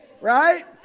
right